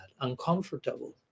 uncomfortable